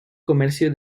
comercio